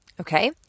okay